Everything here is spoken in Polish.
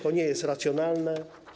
To nie jest racjonalne.